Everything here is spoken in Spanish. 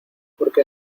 porque